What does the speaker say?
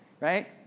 right